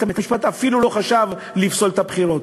בית-המשפט אפילו לא חשב לפסול את הבחירות.